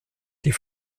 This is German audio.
die